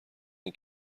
این